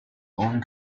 own